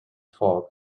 fog